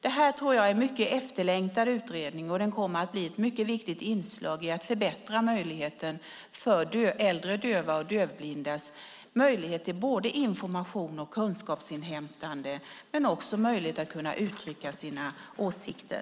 Jag tror att detta är en mycket efterlängtad utredning. Den kommer att bli ett mycket viktigt inslag i arbetet att för äldre döva och dövblinda förbättra möjligheten till både information och kunskapsinhämtande men också möjligheten att uttrycka sina åsikter.